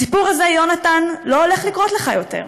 הסיפור הזה, יונתן, לא הולך לקרות לך יותר.